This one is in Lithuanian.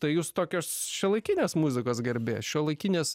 tai jūs tokios šiuolaikinės muzikos gerbėjas šiuolaikinės